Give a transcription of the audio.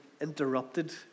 interrupted